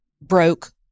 broke